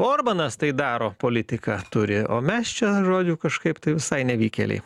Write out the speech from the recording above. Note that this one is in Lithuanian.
orbanas tai daro politiką turi o mes čia žodžiu kažkaip tai visai nevykėliai